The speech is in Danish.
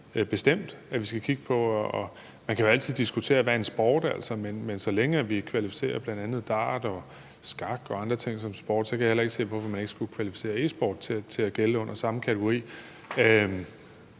bestemt at vi skal kigge på. Man kan jo altid diskutere, hvad en sport er, men så længe vi klassificerer bl.a. dart, skak og andre ting som sport, kan jeg heller ikke se, hvorfor man ikke skulle klassificere e-sport under samme kategori.